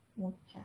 mocha